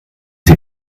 sie